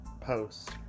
post